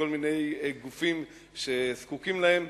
לכל מיני גופים שזקוקים להם.